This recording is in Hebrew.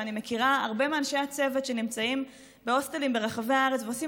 ואני מכירה הרבה מאנשי הצוות שנמצאים בהוסטלים ברחבי הארץ ועושים